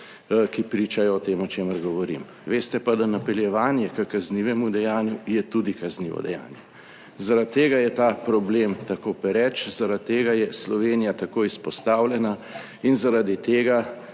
ki pričajo o tem, o čemer govorim. Veste pa, da napeljevanje h kaznivemu dejanju je tudi kaznivo dejanje. Zaradi tega je ta problem tako pereč. Zaradi tega je Slovenija tako izpostavljena in zaradi tega